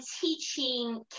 teaching